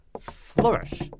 Flourish